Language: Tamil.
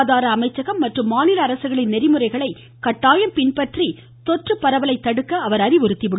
சுகாதார அமைச்சகம் மற்றும் மாநில அரசுகளின் நெறிமுறைகளை கட்டாயம் பின்பற்றி தொற்று பரவலை தடுக்க அவர் அறிவுறுத்தினார்